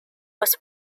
was